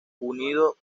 unido